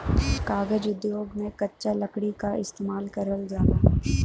कागज उद्योग में कच्चा लकड़ी क इस्तेमाल करल जाला